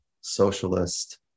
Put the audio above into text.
socialist